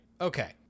okay